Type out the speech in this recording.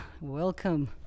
welcome